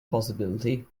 possibility